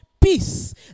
peace